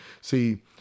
See